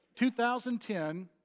2010